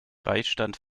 beistand